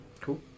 Cool